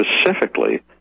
specifically